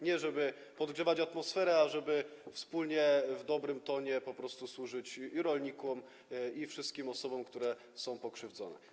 Nie o to, żeby podgrzewać atmosferę, a o to, żeby wspólnie, w dobrym tonie, po prostu służyć rolnikom i wszystkim osobom, które są pokrzywdzone.